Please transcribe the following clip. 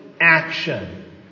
action